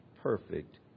perfect